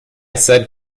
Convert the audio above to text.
said